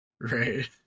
Right